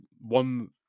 one